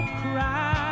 cry